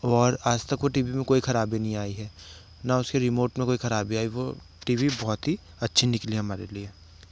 वो और आज तक वो टी वी में कोई खराबी नहीं आई है ना उसके रिमोट में कोई खराबी आई वो टी वी बहुत ही अच्छी निकली हमारे लिए